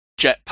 jetpack